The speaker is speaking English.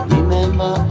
Remember